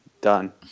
done